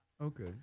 Okay